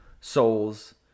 souls